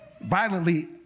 violently